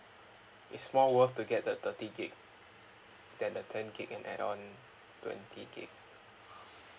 it's more worth to get the thirty gig than the ten gig and add on twenty gig